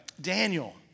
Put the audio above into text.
Daniel